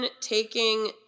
taking